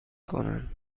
کنند